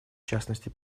частности